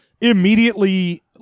immediately